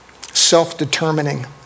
self-determining